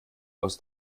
aus